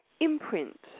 imprint